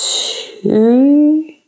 two